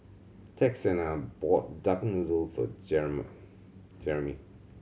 Texanna bought duck noodle for Jeramie